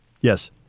Yes